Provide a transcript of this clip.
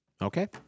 Okay